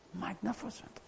Magnificent